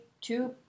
two